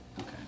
Okay